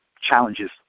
challenges